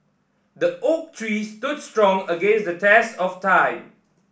the oak tree stood strong against the test of time